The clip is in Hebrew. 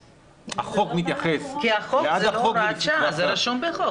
כי החוק זה לא הוראת שעה, זה רשום בחוק.